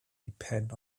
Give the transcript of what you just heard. depend